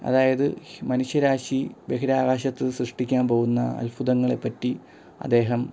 അതായത് മനുഷ്യരാശി ബഹിരാകാശത്ത് സൃഷ്ടിക്കാൻ പോകുന്ന അത്ഭുതങ്ങളെപ്പറ്റി അദ്ദേഹം